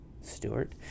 stewart